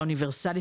האוניברסלי,